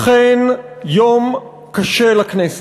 אכן יום קשה לכנסת,